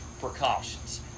precautions